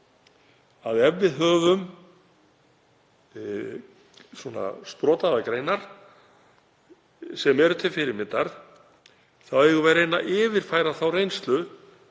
að ef við höfum svona sprota eða greinar sem eru til fyrirmyndar þá eigum við að reyna að yfirfæra þá reynslu